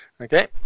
Okay